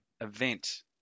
event